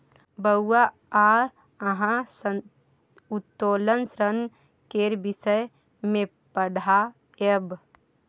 बौआ आय अहाँक उत्तोलन ऋण केर विषय मे पढ़ायब